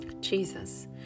Jesus